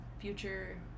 future